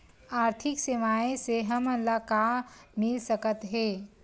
आर्थिक सेवाएं से हमन ला का मिल सकत हे?